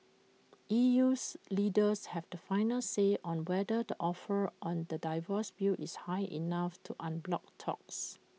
EU's leaders have the final say on whether the offer on the divorce bill is high enough to unblock talks